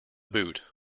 boot